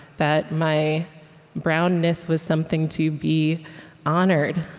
that my brownness was something to be honored,